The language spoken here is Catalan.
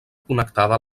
connectada